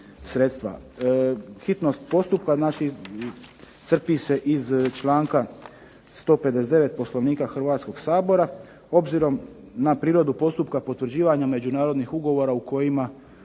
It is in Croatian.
Hitnost postupa naših crpi se iz članka 159. Poslovnika Hrvatskoga sabora, obzirom na prirodu postupka potvrđivanja međunarodnih ugovora u kojima